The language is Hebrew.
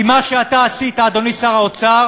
כי מה שאתה עשית, אדוני שר האוצר,